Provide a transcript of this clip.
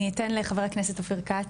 אני אתן לחבר הכנסת אופיר כץ,